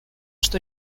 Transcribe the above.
что